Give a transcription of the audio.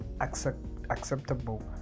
acceptable